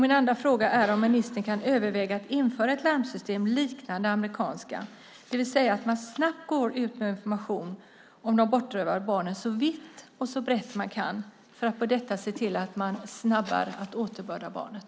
Min andra fråga är om ministern kan överväga att införa ett larmsystem liknande det amerikanska, det vill säga att man snabbt går ut med information om de bortrövade barnen så vitt och brett man kan för att på detta sätt se till att snabbare återbörda barnet.